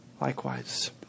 likewise